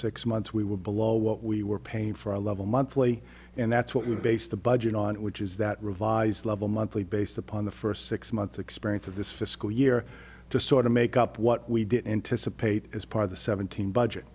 six months we were below what we were paying for a level monthly and that's what you base the budget on which is that revised level monthly based upon the first six months experience of this fiscal year to sort of make up what we did anticipate as part of the seventeen budget